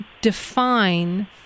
define